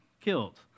killed